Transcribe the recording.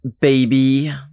baby